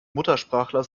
muttersprachler